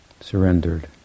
surrendered